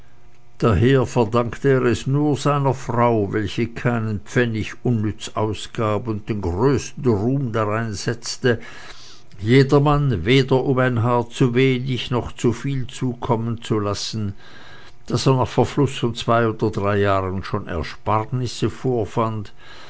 daher verdankte er es nur seiner frau welche keinen pfennig unnütz ausgab und den größten ruhm darein setzte jedermann weder um ein haar zuwenig noch zuviel zukommen zu lassen daß er nach verfluß von zwei oder drei jahren schon ersparnisse vorfand